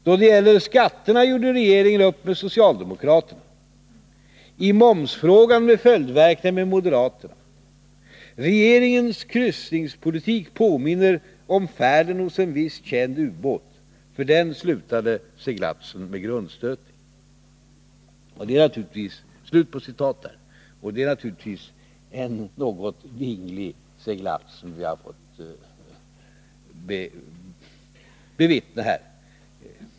Då det gäller skatterna gjorde regeringen upp med socialdemokraterna, i momsfrågan med följdverkningar med moderaterna. Regeringens kryssningspolitik påminner om färden hos en viss känd ubåt. För den slutade seglatsen med grundkänning ——--.” Det är naturligtvis en något vinglig seglats som vi här har fått bevittna.